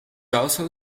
also